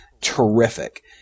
terrific